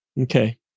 okay